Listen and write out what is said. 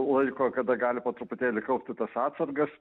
laiko kada gali po truputėlį kaupti tas atsargas